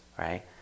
right